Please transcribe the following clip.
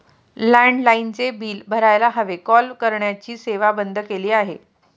लँडलाइनचे बिल भरायला हवे, कॉल करण्याची सेवा बंद केली आहे